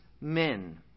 men